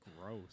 Gross